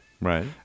Right